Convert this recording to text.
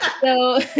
So-